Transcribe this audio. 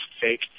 fake